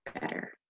better